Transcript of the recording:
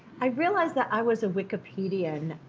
i realized that i was a wikipedian.